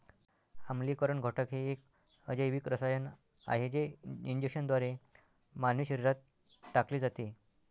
आम्लीकरण घटक हे एक अजैविक रसायन आहे जे इंजेक्शनद्वारे मानवी शरीरात टाकले जाते